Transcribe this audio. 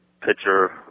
pitcher